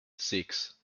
six